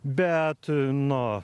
bet nu